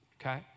okay